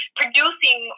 producing